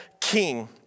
king